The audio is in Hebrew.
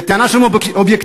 בטענה שהם אובייקטיביים.